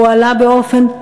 הועלה באופן,